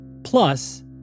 Plus